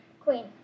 queen